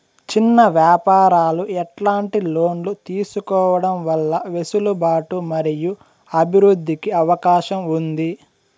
చిన్న వ్యాపారాలు ఎట్లాంటి లోన్లు తీసుకోవడం వల్ల వెసులుబాటు మరియు అభివృద్ధి కి అవకాశం ఉంది?